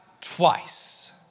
twice